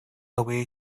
away